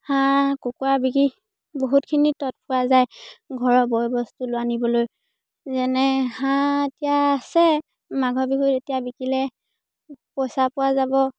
হাঁহ কুকুৰা বিকি বহুতখিনি তৎ পোৱা যায় ঘৰৰ বয় বস্তু লোৱা আনিবলৈ যেনে হাঁহ এতিয়া আছে মাঘৰ বিহুত এতিয়া বিকিলে পইচা পোৱা যাব